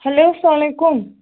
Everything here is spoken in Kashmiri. ہیٚلو اسَلام علیکُم